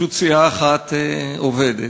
פשוט סיעה אחת עובדת,